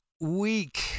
week